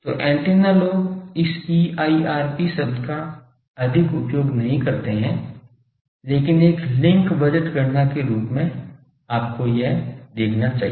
तो ऐन्टेना लोग इस EIRP शब्द का अधिक उपयोग नहीं करते हैं लेकिन एक लिंक बजट गणना के रूप में आपको यह देखना चाहिए